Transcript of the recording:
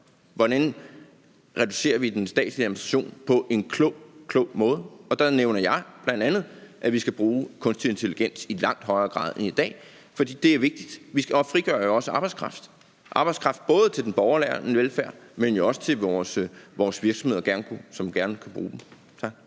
hvordan vi reducerer vi i den statslige administration på en klog, klog måde, og der nævner jeg bl.a., at vi skal bruge kunstig intelligens i langt højere grad end i dag. For det er jo vigtigt, og vi frigør jo også arbejdskraft, både til den borgernære velfærd, men også til vores virksomheder, som gerne skulle bruge den. Tak.